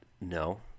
no